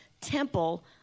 temple